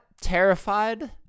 terrified